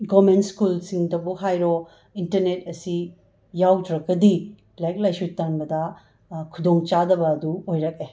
government ꯁ꯭ꯀꯨꯜꯁꯤꯡꯗꯕꯨ ꯍꯥꯏꯔꯣ internet ꯑꯁꯤ ꯌꯥꯎꯗ꯭ꯔꯒꯗꯤ ꯂꯥꯏꯔꯤꯛ ꯂꯥꯏꯁꯨ ꯇꯝꯕꯗ ꯈꯨꯗꯣꯡꯆꯥꯗꯕ ꯑꯗꯨ ꯑꯣꯏꯔꯛꯑꯦ